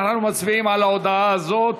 אנחנו מצביעים על ההודעה הזאת,